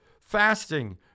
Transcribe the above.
fasting